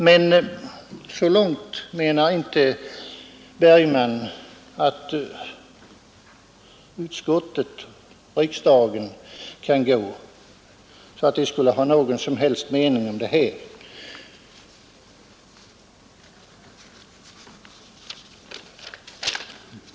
Men så långt anser inte herr Bergman att utskottet och kammaren kan gå att vi skulle ha någon som helst mening om det här.